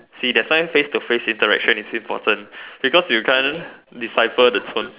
see that's why face to face interaction is important because you can't decipher the tone